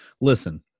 Listen